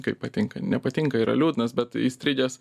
kaip patinka nepatinka yra liūdnas bet įstrigęs